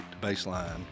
baseline